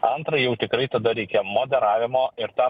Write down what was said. antra jau tikrai tada reikia modeliavimo ir tą